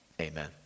amen